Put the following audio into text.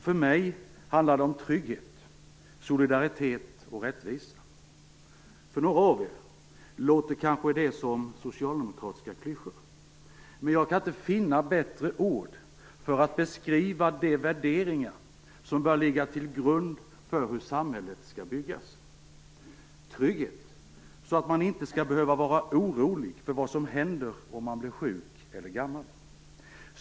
För mig handlar det om trygghet, solidaritet och rättvisa. För några av er låter kanske det som socialdemokratiska klyschor, men jag kan inte finna bättre ord för att beskriva de värderingar som bör ligga till grund för hur samhället skall byggas. Trygghet - så att man inte skall behöva vara orolig för vad som händer när man bli sjuk eller gammal.